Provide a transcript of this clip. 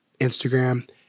Instagram